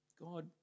God